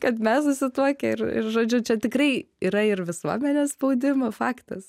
kad mes susituokę ir ir žodžiu čia tikrai yra ir visuomenės spaudimo faktas